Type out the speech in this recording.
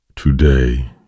Today